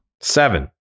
Seven